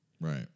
Right